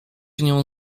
nią